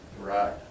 Right